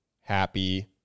happy